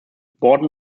borden